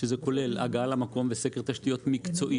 שזה כולל הגעה למקום וסקר תשתיות מקצועי,